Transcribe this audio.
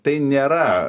tai nėra